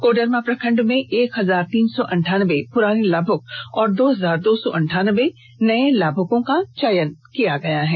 कोडरमा प्रखंड में एक हजार तीन सौ अंठानबे पुराने लाभुक और दो हजार दो सौ अंठानबे नए लाभुक का चयन किया गया है